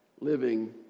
living